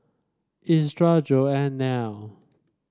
Ezra Joan Nell